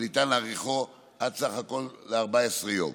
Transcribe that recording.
וניתן להאריכו עד לסך הכול 14 ימים.